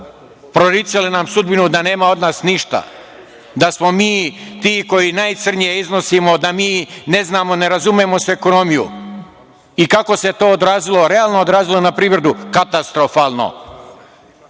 proricali nam sudbinu da nema od nas ništa, da smo mi ti koji najcrnje iznosimo da ne znamo, da se ne razumemo u ekonomiju. I kako se to realno odrazilo na privredu? Katastrofalno. To